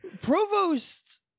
provost